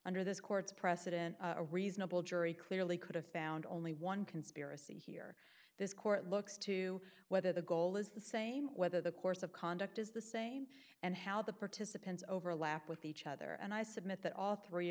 under this court's precedent a reasonable jury clearly could have found only one conspiracy here this court looks to whether the goal is the same whether the course of conduct is the same and how the participants overlap with each other and i submit that all three